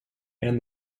and